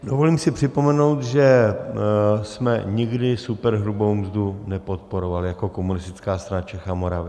Dovolím si připomenout, že jsme nikdy superhrubou mzdu nepodporovali jako Komunistická strana Čech a Moravy.